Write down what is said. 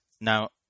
Now